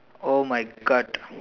oh my god